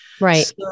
Right